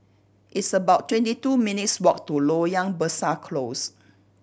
it's about twenty two minutes' walk to Loyang Besar Close